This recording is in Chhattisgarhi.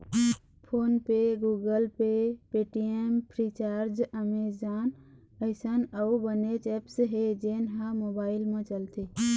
फोन पे, Google Pay, Paytm, Freecharge, Amazon अइसन अउ बनेच ऐप्स हे जेन ह मोबाईल म चलथे